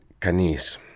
Canis